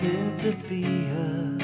interfere